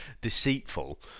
deceitful